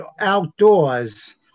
outdoors